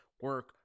Work